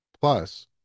Plus